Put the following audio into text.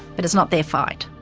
but it's not their fight.